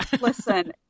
Listen